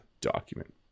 document